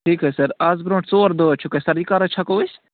ٹھیٖکھ حظ چھِ سر آز برٛونٛٹھ ژور دۄہ حظ چھوٚک اَسہِ سر یہِ کَر حظ چھَکو أسۍ